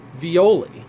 Violi